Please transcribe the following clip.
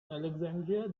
alexandria